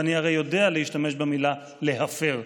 ואני הרי יודע להשתמש במילה "להפר",